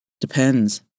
Depends